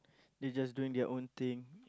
they just doing their own thing